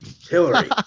Hillary